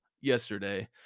yesterday